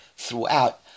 Throughout